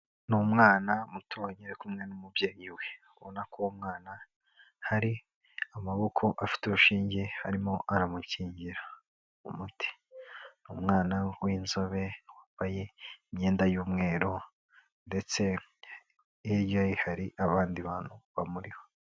Ni umwanawana mutoya uri kumwe n'umubyeyi we. U,bona ko uwo umwana hari amaboko afite urushinge arimo aramukingira umuti. Umwana w'inzobe wambaye imyenda y'umweru ndetse hirya ye hari abandi bantu bamuriho.